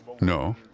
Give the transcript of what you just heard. No